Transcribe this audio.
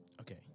Okay